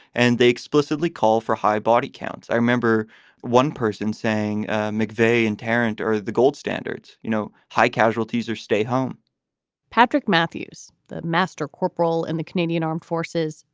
and they explicitly call for high body counts. i remember one person saying mcveigh and tarrant are the gold standards, you know, high casualties or stay home patrick matthews, the master corporal in the canadian armed forces,